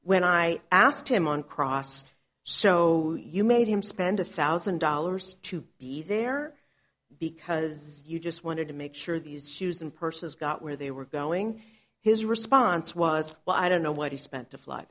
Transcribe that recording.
when i asked him on cross so you made him spend a thousand dollars to be there because you just wanted to make sure that his shoes and purses got where they were going his response was well i don't know what he spent to fly